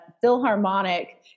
Philharmonic